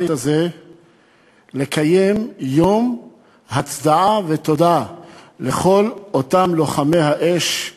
הזה לקיים יום הצדעה ותודה לכל אותם לוחמי האש,